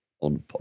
on